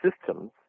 systems